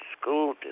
school